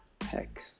heck